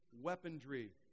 weaponry